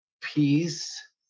Peace